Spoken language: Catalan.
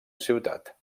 ciutat